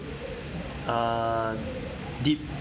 uh deed